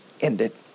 ended